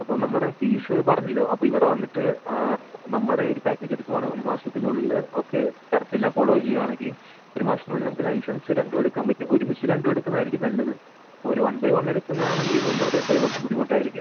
അപ്പം നമ്മുടെ ഫീസ് പറഞ്ഞല്ലോ അപ്പം ഇവിടെ വന്നിട്ട് നമ്മുടെ ഒരു പാക്കേജ് എടുക്കുവാണേൽ ഒരു മാസത്തിനുള്ളിൽ ഓക്കെ കറക്റ്റ് എല്ലാം ഫോളോ ചെയ്യുകയാണെങ്കിൽ ഒരു മാസത്തിനുളളിൽ നമുക്ക് ലൈസൻസ് രണ്ടും എടുക്കാൻ പറ്റും ഒരുമിച്ച് രണ്ടും എടുക്കുന്നതായിരിക്കും നല്ലത് ഒരു വൺ ബൈ വണ്ണ് എടുക്കുന്നതാണെങ്കിൽ മുന്നോട്ട് നമുക്കത് കുറച്ച് ബുദ്ധിമുട്ടായിരിക്കും